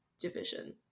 division